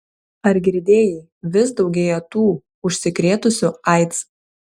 ar girdėjai vis daugėja tų užsikrėtusių aids